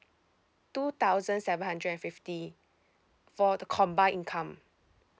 two thousand seven hundred and fifty for the combine income